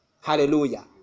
Hallelujah